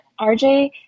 RJ